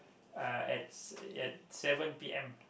uh at s~ at seven p_m